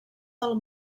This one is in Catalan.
del